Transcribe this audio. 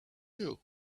you